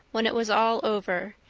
when it was all over,